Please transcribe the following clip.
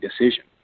decision